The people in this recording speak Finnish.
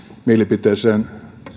mielipiteeseen